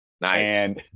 Nice